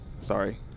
sorry